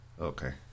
okay